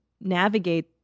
navigate